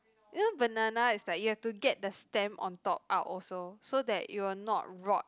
you know banana is like you have to get the stem on top out also so that it will not rot